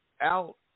out